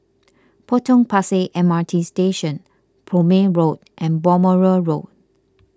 Potong Pasir M R T Station Prome Road and Balmoral Road